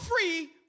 free